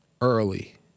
early